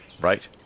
Right